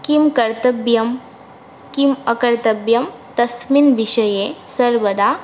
किं कर्तव्यं किम् अकर्तव्यं तस्मिन् विषये सर्वदा